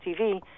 TV